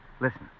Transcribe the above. Listen